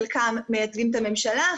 חלקם מייצגים את הממשלה,